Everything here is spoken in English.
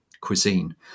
cuisine